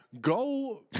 Go